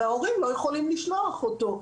וההורים לא יכולים לשלוח אותו.